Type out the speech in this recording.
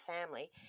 family